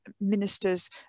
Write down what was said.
ministers